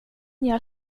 gör